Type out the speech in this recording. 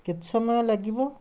କେତେ ସମୟ ଲାଗିବ